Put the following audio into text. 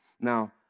Now